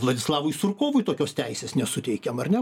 vladislavui surkovui tokios teisės nesuteikiam ar ne